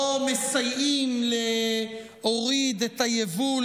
או מסייעים להוריד את היבול